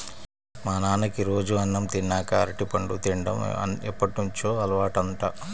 మా నాన్నకి రోజూ అన్నం తిన్నాక అరటిపండు తిన్డం ఎప్పటినుంచో అలవాటంట